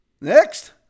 Next